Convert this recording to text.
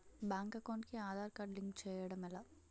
Bank account కి Aadhaar card link చేయడం ఎలా?